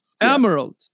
Emerald